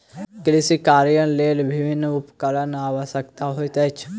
कृषि कार्यक लेल विभिन्न उपकरणक आवश्यकता होइत अछि